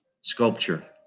sculpture